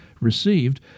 received